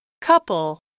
Couple